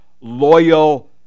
loyal